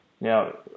Now